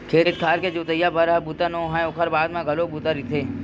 खेत खार के जोतइच भर ह बूता नो हय ओखर बाद म घलो बूता रहिथे